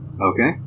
Okay